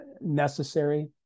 necessary